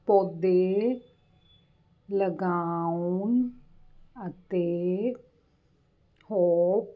ਪੌਦੇ ਲਗਾਉਣ ਅਤੇ ਹੋਪ